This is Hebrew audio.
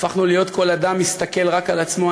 הפכנו להיות, כל אדם מסתכל רק על עצמו.